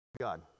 god